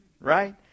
Right